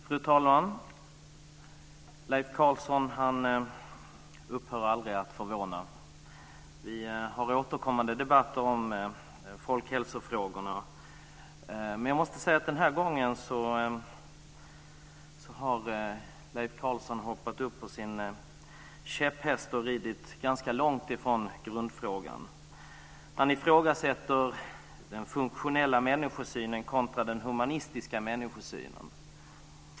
Fru talman! Leif Carlson upphör aldrig att förvåna. Vi har återkommande debatter om folkhälsofrågorna, men jag måste säga att den här gången har Leif Carlson hoppat upp på sin käpphäst och ridit ganska långt från grundfrågan. Han ifrågasätter den funktionella människosynen kontra den humanistiska människosynen.